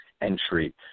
entry